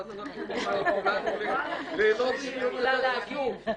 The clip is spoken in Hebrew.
ואז אנחנו נוכל ליהנות מדיון יותר חשוב.